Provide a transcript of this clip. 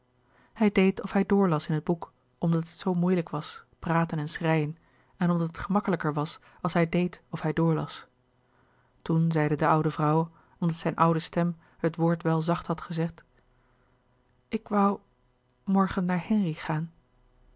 hij deed of hij door las in het boek omdat het zoo moeilijk was praten en schreien en omdat het gemakkelijker was als hij deed of hij doorlas toen zeide de oude vrouw omdat zijn oude stem het woord wel zacht had gezegd ik woû morgen naar